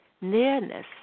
nearness